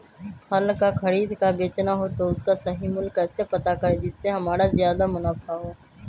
फल का खरीद का बेचना हो तो उसका सही मूल्य कैसे पता करें जिससे हमारा ज्याद मुनाफा हो?